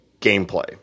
gameplay